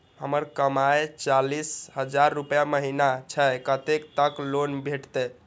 हमर कमाय चालीस हजार रूपया महिना छै कतैक तक लोन भेटते?